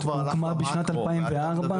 היא הוקמה בשנת 2004. הוא הלך על המקרו,